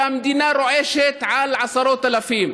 והמדינה רועשת על עשרות אלפים.